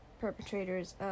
perpetrators